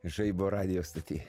žaibo radijo stoty